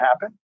happen